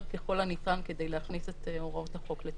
ככל הניתן כדי להכניס את הוראות החוק לתוקף.